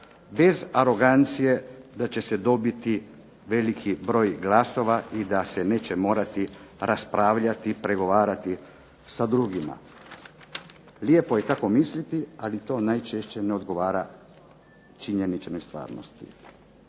bez arogancije da će se dobiti veliki broj glasova i da se neće morati raspravljati, pregovarati sa drugima. Lijepo je tako misliti ali to najčešće ne odgovara činjeničnoj stvarnosti.